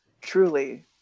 Truly